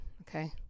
Okay